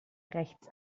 rechts